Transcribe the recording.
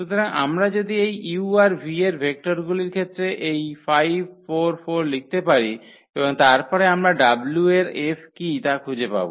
সুতরাং আমরা যদি এই u আর v এর ভেক্টরগুলির ক্ষেত্রে এই 5 4 4 লিখতে পারি এবং তারপরে আমরা w এর 𝐹 কী তা খুঁজে পাব